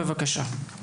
בבקשה.